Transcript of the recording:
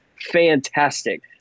fantastic